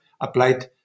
applied